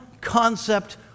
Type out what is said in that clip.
concept